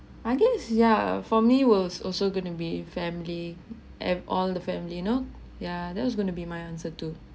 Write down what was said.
I guess ya for me was also gonna be family and all the family you know yeah that was going to be my answer to